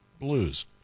blues